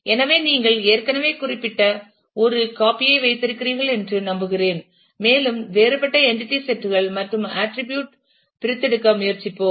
எனவே நீங்கள் ஏற்கனவே குறிப்பிட ஒரு காபிஐ வைத்திருக்கிறீர்கள் என்று நம்புகிறேன் மேலும் வேறுபட்ட என்டிடி செட் கள் மற்றும் ஆட்டிரிபியூட் பிரித்தெடுக்க முயற்சிப்போம்